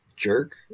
Jerk